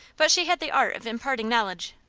but she had the art of imparting knowledge,